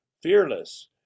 fearless